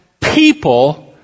people